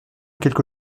quelque